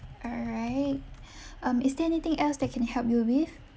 all right um is there anything else that I can help you with